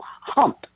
hump